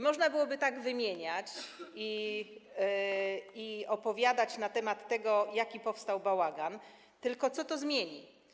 Można byłoby tak wymieniać i opowiadać na temat tego, jaki powstał bałagan, tylko co to zmieni?